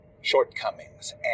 shortcomings